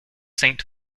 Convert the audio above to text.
saint